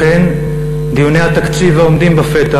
לכן דיוני התקציב, העומדים בפתח,